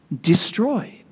destroyed